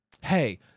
Hey